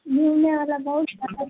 گھومنے والا بہت